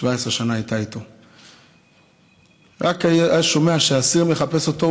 שהייתה איתו 17 שנה: רק היה שומע שאסיר מחפש אותו,